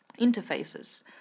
interfaces